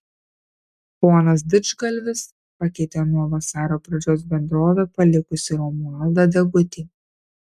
ponas didžgalvis pakeitė nuo vasario pradžios bendrovę palikusį romualdą degutį